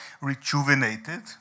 rejuvenated